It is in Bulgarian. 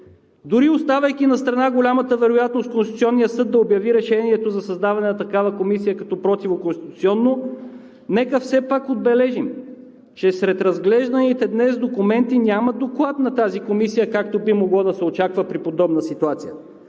Дори, оставяйки настрана голямата вероятност Конституционният съд да обяви решението за създаване на такава комисия като противоконституционно, нека все пак отбележим, че сред разглежданите днес документи няма доклад на тази комисия, както би могло да се очаква, при подобна ситуация.